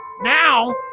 now